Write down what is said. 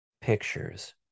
pictures